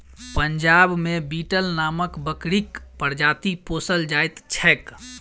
पंजाब मे बीटल नामक बकरीक प्रजाति पोसल जाइत छैक